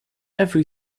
every